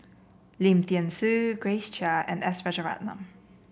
Lim Thean Soo Grace Chia and S Rajaratnam